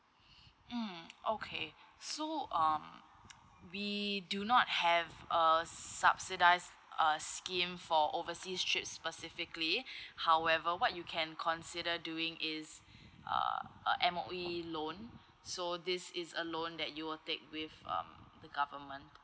mm okay so um we do not have a subsidise uh scheme for overseas trips specifically however what you can consider doing is uh uh M_O_E loan so this is a loan that you will take with um the government